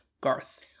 Garth